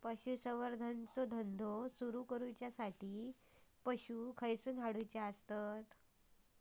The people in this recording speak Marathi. पशुसंवर्धन चा धंदा सुरू करूच्या खाती पशू खईसून हाडूचे?